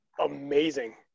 amazing